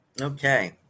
Okay